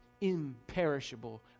imperishable